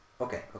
Okay